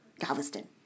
Galveston